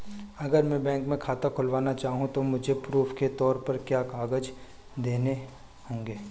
अगर मैं बैंक में खाता खुलाना चाहूं तो मुझे प्रूफ़ के तौर पर क्या क्या कागज़ देने होंगे?